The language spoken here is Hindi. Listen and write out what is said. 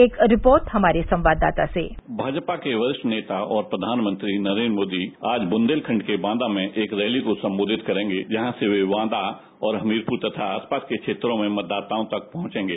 एक रिपोर्ट हमारे संवददाता से भाजपा के वरिष्ठ नेता और प्रधान मंत्री नरेंद्र मोदी आज बुंदेलखंड के बांदा में एक रैली को संबोधित करेंगे जहां से वे बांदा और हमीरपुर और आसपास के क्षेत्रों के मतदाताओं तक पहुंच बनायेंगे